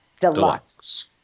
Deluxe